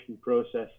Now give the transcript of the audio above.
process